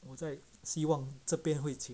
我在希望这边会请